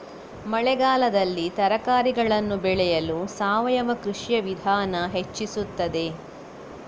ಮಳೆಗಾಲದಲ್ಲಿ ತರಕಾರಿಗಳನ್ನು ಬೆಳೆಯಲು ಸಾವಯವ ಕೃಷಿಯ ವಿಧಾನ ಹೆಚ್ಚಿಸುತ್ತದೆ?